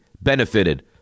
benefited